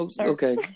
Okay